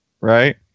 right